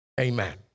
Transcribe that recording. Amen